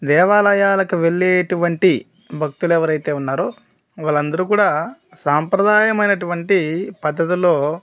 దేవాలయాలకు వెళ్ళేటువంటి భక్తులు ఎవరైతే ఉన్నారో వాళ్ళందరూ కూడా సాంప్రదాయమైనటువంటి పద్ధతిలో